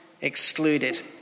excluded